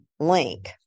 Link